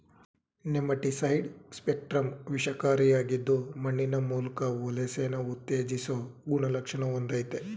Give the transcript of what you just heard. nematicide spectrum ವಿಷಕಾರಿಯಾಗಿದ್ದು ಮಣ್ಣಿನ ಮೂಲ್ಕ ವಲಸೆನ ಉತ್ತೇಜಿಸೊ ಗುಣಲಕ್ಷಣ ಹೊಂದಯ್ತೆ